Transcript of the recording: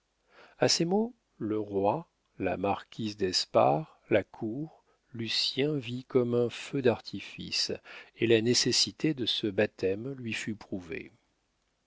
a ces mots le roi la marquise d'espard la cour lucien vit comme un feu d'artifice et la nécessité de ce baptême lui fut prouvée